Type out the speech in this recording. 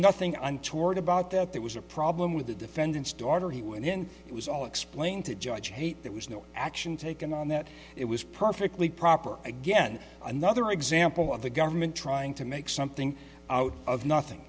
nothing untoward about that there was a problem with the defendants daughter he when it was all explained to judge hate that was no action taken on that it was perfectly proper again another example of the government trying to make something out of nothing